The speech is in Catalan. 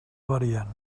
variant